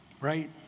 right